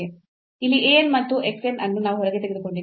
ಇಲ್ಲಿ a n ಮತ್ತು x n ಅನ್ನು ನಾವು ಹೊರಗೆ ತೆಗೆದುಕೊಂಡಿದ್ದೇವೆ